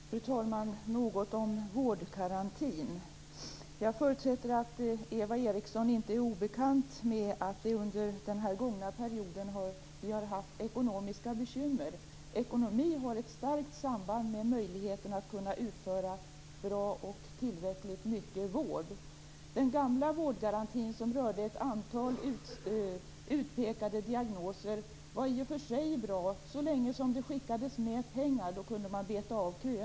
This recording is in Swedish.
Fru talman! Jag skall säga något om vårdgarantin. Jag förutsätter att Eva Eriksson inte är obekant med att vi under den gångna perioden har haft ekonomiska bekymmer. Ekonomin har ett starkt samband med möjligheterna att kunna utföra bra och tillräckligt mycket vård. Den gamla vårdgarantin som rörde ett antal utpekade diagnoser var i och för sig bra. Så länge som man sköt till mer pengar kunde köerna betas av.